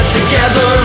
Together